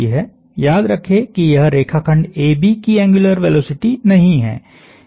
याद रखें कि यह रेखाखंड AB की एंग्युलर वेलोसिटी नहीं है